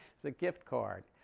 it's a gift card.